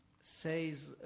says